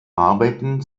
arbeiten